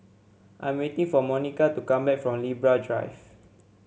I am waiting for Monica to come back from Libra Drive